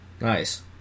Nice